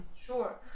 sure